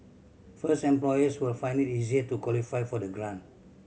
first employers will find it easier to qualify for the grant